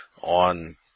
on